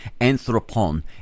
anthropon